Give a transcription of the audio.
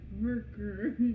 worker